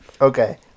Okay